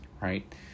right